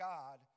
God